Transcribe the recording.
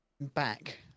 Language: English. back